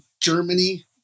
Germany